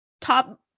top